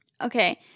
Okay